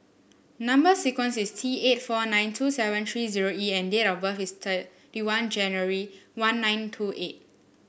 number sequence is T eight four nine two seven three zero E and date of birth is thirty one January one nine two eight